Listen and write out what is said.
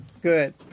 Good